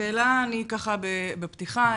שאלה בפתיחה,